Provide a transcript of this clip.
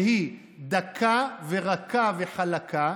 שהיא "דקה ורקה וחלקה,